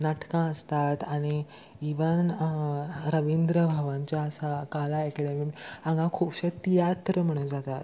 नाटकां आसतात आनी इवन रविंद्र भवन जें आसा कला एकडेमी हांगां खुबशे तियात्र म्हणू जातात